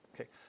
Okay